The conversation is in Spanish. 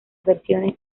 versiones